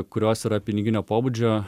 kurios yra piniginio pobūdžio